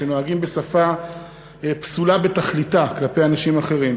שנוהגים בשפה פסולה בתכליתה כלפי אנשים אחרים.